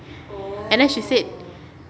and then she said